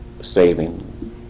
saving